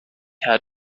had